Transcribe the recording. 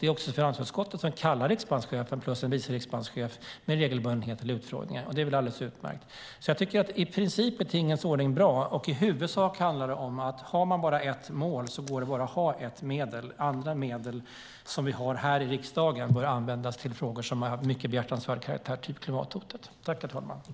Det är också finansutskottet som kallar riksbankschefen plus en vice riksbankschef med regelbundenhet till utfrågningar. Det är alldeles utmärkt. Därför tycker jag i princip att tingens ordning är bra. I huvudsak handlar det om att om man har bara ett mål går det bara att ha ett medel. Andra medel som vi har här i riksdagen bör användas till frågor som är av mycket behjärtansvärd karaktär, till exempel klimathotet.